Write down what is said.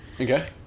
okay